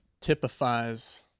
typifies